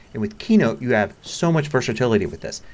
and with keynote you have so much versatility with this.